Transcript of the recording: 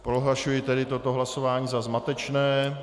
Prohlašuji toto hlasování za zmatečné.